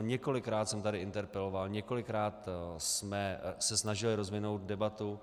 Několikrát jsem tady interpeloval, několikrát jsme se snažili rozvinout debatu.